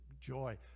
joy